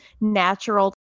natural